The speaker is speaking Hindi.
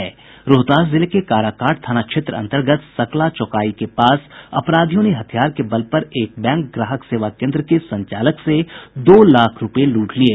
रोहतास जिले के काराकाट थाना क्षेत्र अंतर्गत सकला चौकाई के पास अपराधियों ने हथियार के बल पर एक बैंक ग्राहक सेवा केन्द्र के संचालक से दो लाख रुपये लूट लिये